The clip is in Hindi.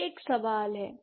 यह एक सवाल है